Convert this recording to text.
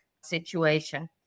situation